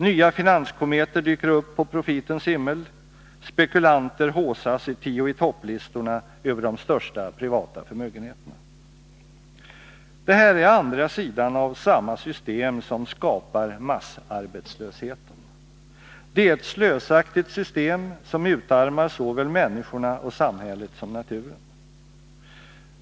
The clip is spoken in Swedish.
Nya finanskometer dyker upp på profitens himmel, spekulanter haussas i tio-i-topp-listorna över de största privata förmögenheterna. Det här är andra sidan av samma system som skapar massarbetslösheten. Det är ett slösaktigt system, som utarmar såväl människorna och samhället som naturen.